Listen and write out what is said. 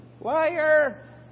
Liar